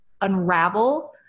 unravel